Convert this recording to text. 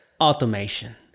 automation